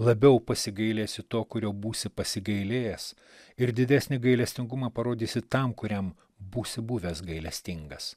labiau pasigailėsi to kurio būsi pasigailėjęs ir didesnį gailestingumą parodysi tam kuriam būsi buvęs gailestingas